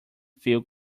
feel